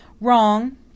Wrong